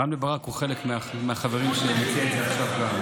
רם בן ברק הוא חלק מהחברים שמציעים את זה עכשיו גם.